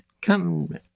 come